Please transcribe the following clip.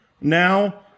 now